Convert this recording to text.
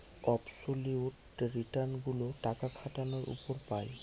absolute return গুলো টাকা খাটানোর উপর পাই